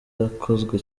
yakozwe